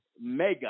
mega